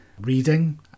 reading